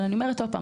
אני אומרת שוב,